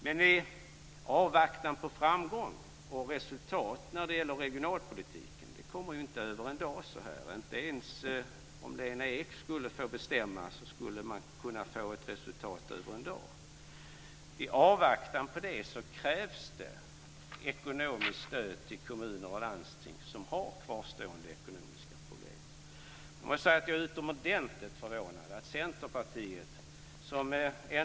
Men i avvaktan på framgång och resultat när det gäller regionalpolitiken - det kommer ju inte över en dag, inte ens om Lena Ek skulle få bestämma - krävs det ekonomiskt stöd till kommuner och landsting som har kvarstående ekonomiska problem. Jag måste säga att jag är utomordentligt förvånad över Centerpartiet.